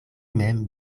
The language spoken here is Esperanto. mem